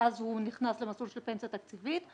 ואז הוא נכנס למסלול של פנסיה תקציבית.